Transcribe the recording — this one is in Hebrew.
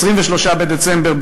9 בדצמבר,